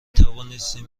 توانستیم